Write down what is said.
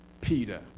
Peter